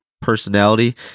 Personality